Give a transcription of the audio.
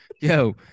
Yo